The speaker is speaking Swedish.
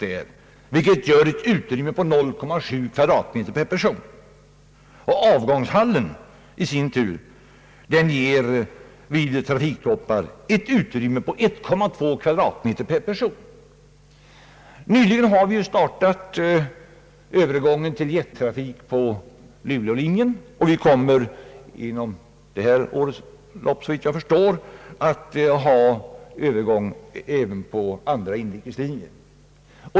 Det betyder ett utrymme av 0,7 m? per person. Avgångshallen ger i sin tur vid trafiktoppar ett utrymme av 1,2 m? per person. Nyligen har vi startat övergången till jettrafik på lulelinjen, och vi kommer såvitt jag förstår att under årets lopp ha övergång även på andra inrikeslinjer.